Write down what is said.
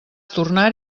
tornar